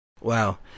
Wow